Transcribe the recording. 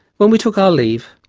when we took our leave,